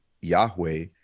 Yahweh